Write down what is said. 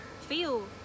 feel